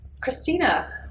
Christina